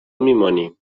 میمانیم